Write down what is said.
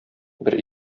бер